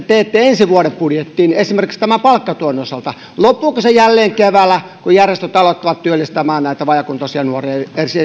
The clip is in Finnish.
teette ensi vuoden budjettiin esimerkiksi palkkatuen osalta loppuuko se jälleen keväällä kun järjestöt alkavat työllistämään esimerkiksi näitä vajaakuntoisia nuoria